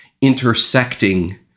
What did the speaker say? intersecting